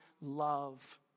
love